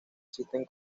existen